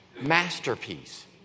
masterpiece